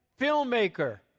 filmmaker